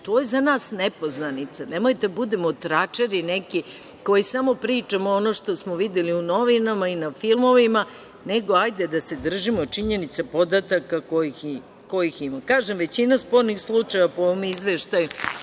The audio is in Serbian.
to je za nas nepoznanica. Nemoj da budemo tračari neki koji samo pričamo ono što smo videli u novinama i na filmovima, nego hajde da se držimo činjenice, podataka kojih ima. Kažem, većina spornih slučajeva po ovom izveštaju